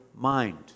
mind